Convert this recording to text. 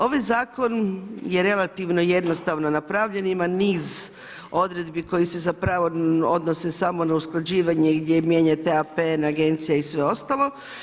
Ovaj Zakon je relativno jednostavno napravljen i ima niz odredbi koje se zapravo odnose samo na usklađivanje i gdje mijenjate APN agencija i sve ostala.